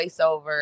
voiceover